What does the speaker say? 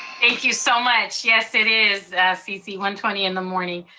thank you so much, yes it is c c, one twenty in the morning.